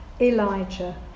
Elijah